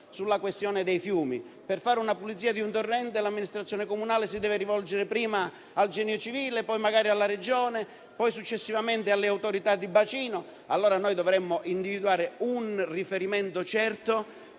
sulla questione dei fiumi: per fare una pulizia di un torrente, l'amministrazione comunale si deve rivolgere prima al Genio civile, poi magari alla Regione, poi successivamente alle Autorità di bacino. Dovremmo quindi individuare un riferimento certo